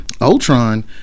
Ultron